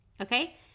Okay